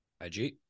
IG